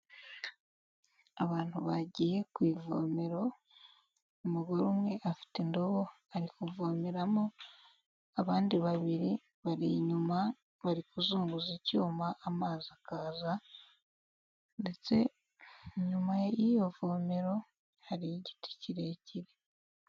Abantu bagiye ku ivomero, umugore umwe afite indobo, ari kuvomeramo, abandi babiri bari inyuma, bari kuzunguza icyuma amazi akaza ndetse inyuma y'iyo vomero hari igiti kirekire.